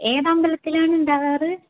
ഏത് അമ്പലത്തിലാണ് ഉണ്ടാകാറ്